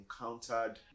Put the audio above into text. encountered